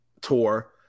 tour